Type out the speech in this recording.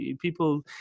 people